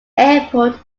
airport